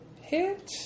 Hit